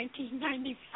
1995